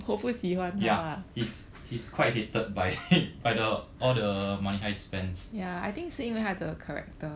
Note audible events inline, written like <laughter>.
ya he's he's quite hated by <laughs> by the all the money heist fans